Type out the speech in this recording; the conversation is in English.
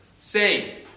Say